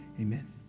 Amen